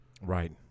Right